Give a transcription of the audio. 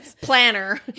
planner